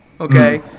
Okay